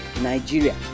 Nigeria